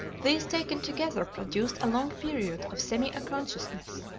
these taken together produced a long period of semi-unconsciousness,